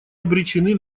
обречены